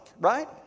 Right